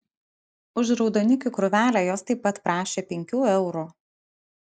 už raudonikių krūvelę jos taip pat prašė penkių eurų